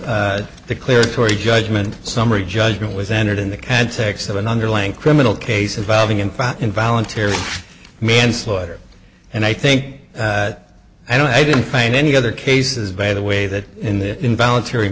the clear tory judgment summary judgment was entered in the context of an underlying criminal case involving in fact involuntary manslaughter and i think i don't i didn't find any other cases by the way that in the involuntary